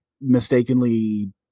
mistakenly